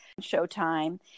Showtime